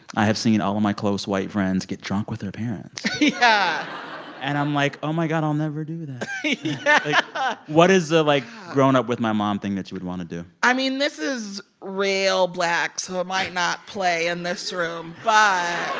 i have seen all of my close, white friends get drunk with their parents yeah and i'm like, oh, my god. i'll never do that yeah like, but what is the, like, grown-up with my mom thing that you would want to do? i mean, this is real black, so it might not play in this room, but.